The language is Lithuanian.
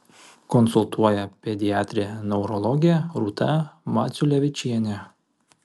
konsultuoja pediatrė neurologė rūta maciulevičienė